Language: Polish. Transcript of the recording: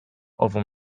ową